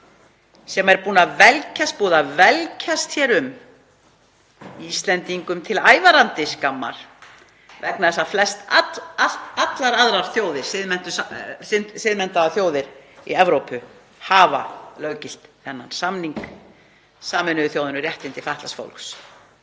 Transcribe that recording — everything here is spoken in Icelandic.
sem er búið að velkjast um, Íslendingum til ævarandi skammar vegna þess að flestallar aðrar þjóðir, siðmenntaðar þjóðir í Evrópu, hafa löggilt samning Sameinuðu þjóðanna um réttindi fatlaðs fólks.